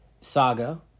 Saga